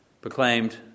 proclaimed